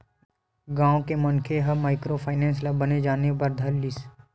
गाँव के मनखे मन ह माइक्रो फायनेंस ल बने जाने बर धर लिस